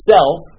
Self